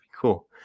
cool